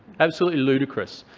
absolutely ludicrous.